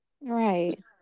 Right